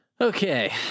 Okay